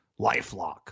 LifeLock